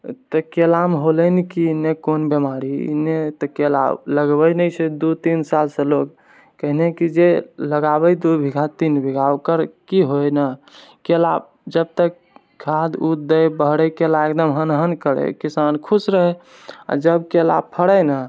तऽ केलामे होलैन कि ने कौन बीमारी ने तऽ केला लगबै नहि छै दू तीन सालसँ लोक काहेकि जे लगाबै दू बीघा तीन बीघा ओकर कि होय ने केला जबतक खाद उद दैय बहराइ केला एकदम हन हन करै किसान खुश रहै आओर जब केला फड़ै ने